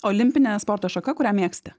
olimpinė sporto šaka kurią mėgsti